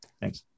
Thanks